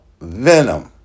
Venom